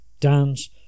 dance